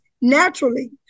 naturally